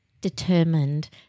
determined